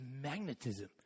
magnetism